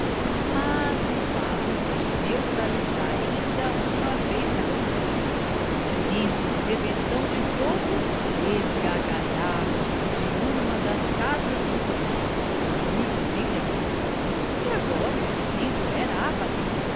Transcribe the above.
mas um fato veio neutralizar inda uma vez a campanha imenso rebentão de fogo esgargalhava se de uma das casas do fundo o no e agora o incêndio era